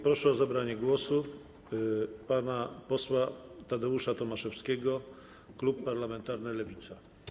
Proszę o zabranie głosu pana posła Tadeusza Tomaszewskiego, klub parlamentarny Lewica.